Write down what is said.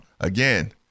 Again